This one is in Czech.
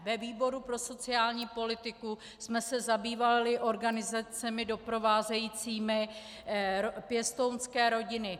Ve výboru pro sociální politiku jsme se zabývali organizacemi doprovázejícími pěstounské rodiny.